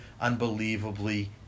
unbelievably